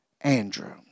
Andrew